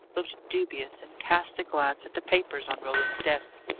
looked dubious, and cast a glance at the papers on roland's desk.